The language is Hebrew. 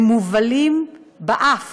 הם מובלים באף